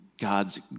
God's